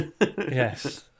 yes